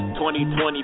2020